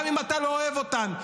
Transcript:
גם אם אתה לא אוהב אותן.